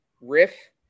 riff